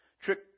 trick